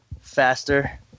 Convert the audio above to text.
faster